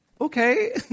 okay